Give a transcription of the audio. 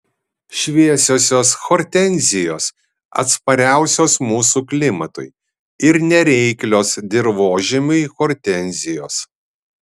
šviesiosios hortenzijos atspariausios mūsų klimatui ir nereiklios dirvožemiui hortenzijos